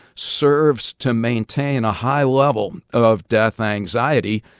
serves to maintain a high level of death anxiety.